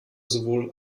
sowohl